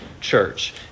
church